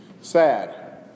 sad